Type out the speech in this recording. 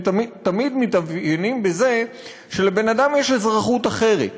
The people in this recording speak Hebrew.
והם תמיד מתאפיינים בזה שלבן-אדם יש אזרחות אחרת,